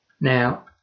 Now